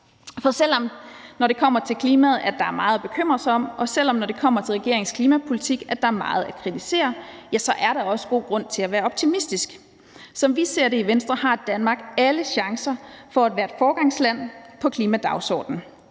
For selv om der, når det kommer til klimaet, er meget at bekymre sig om, og selv om der, når det kommer til regeringens klimapolitik, er meget at kritisere, er der også god grund til at være optimistisk. Som vi ser det i Venstre, har Danmark alle chancer for at være et foregangsland på klimadagsordenen.